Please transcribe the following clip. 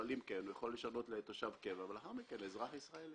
אבל אם כן הוא יכול לשנות לתושב קבע ולאחר מכן לאזרח ישראלי.